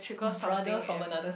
brother from another sex